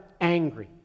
angry